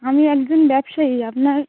আমি একজন ব্যবসায়ী আপনার